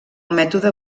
mètode